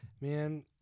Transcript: Man